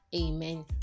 amen